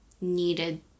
needed